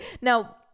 Now